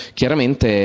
chiaramente